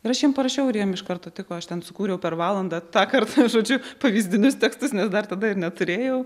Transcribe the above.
ir aš jiem parašiau ir jiem iš karto tiko aš ten sukūriau per valandą tąkart žodžiu pavyzdinius tekstus nes dar tada ir neturėjau